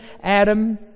Adam